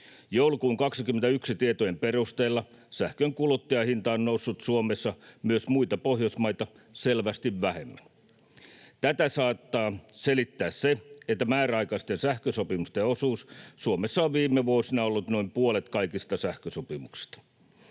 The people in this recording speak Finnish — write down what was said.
Joulukuun 21 tietojen perusteella sähkön kuluttajahinta on noussut Suomessa myös muita Pohjoismaita selvästi vähemmän. Tätä saattaa selittää se, että määräaikaisten sähkösopimusten osuus Suomessa on viime vuosina ollut noin puolet kaikista sähkösopimuksista.